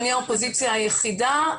אני האופוזיציה היחידה.